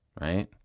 right